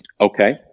Okay